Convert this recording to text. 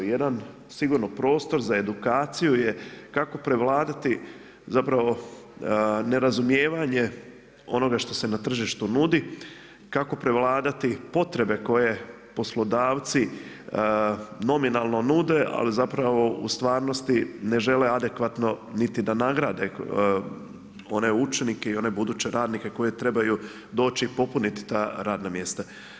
Jedan sigurno prostor za edukaciju je kako prevladati zapravo nerazumijevanje onoga što se na tržištu nudi, kako prevladati potrebe koje poslodavci nominalno nude ali zapravo u stvarnosti ne žele adekvatno niti da nagrade one učenike i one buduće radnike koji trebaju doći i popuniti ta radna mjesta.